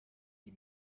die